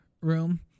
room